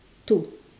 two